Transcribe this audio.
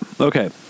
Okay